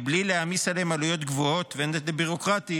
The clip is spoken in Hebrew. בלי להעמיס עליהם עלויות גבוהות ונטל בירוקרטי